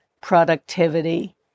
productivity